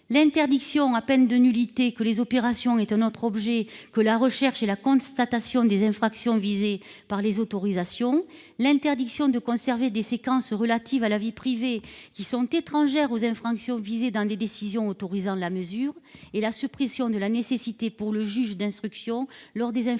; interdiction, à peine de nullité, que les opérations aient un autre objet que la recherche et la constatation des infractions visées par les autorisations ; interdiction de conserver des séquences relatives à la vie privée qui sont étrangères aux infractions visées dans des décisions autorisant la mesure ; suppression de la nécessité pour le juge d'instruction, lors des informations